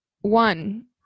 one